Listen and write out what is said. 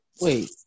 wait